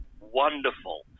wonderful